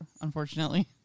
unfortunately